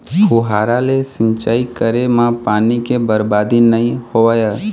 फुहारा ले सिंचई करे म पानी के बरबादी नइ होवय